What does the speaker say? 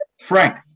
Frank